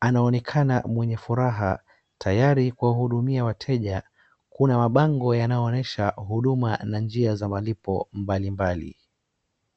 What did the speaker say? Anaonekana mwenye furaha, tayari kuwahudumia wateja, kuna mabango yanayoonyesha huduma na njia za malipo mbalimbali.